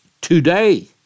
today